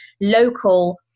local